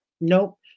Nope